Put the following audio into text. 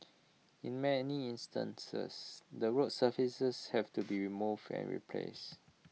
in many instances the road surfaces have to be removed and replaced